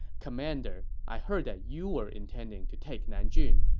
commander, i heard that you were intending to take nanjun,